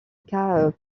cas